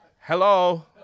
Hello